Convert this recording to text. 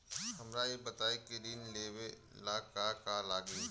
हमरा ई बताई की ऋण लेवे ला का का लागी?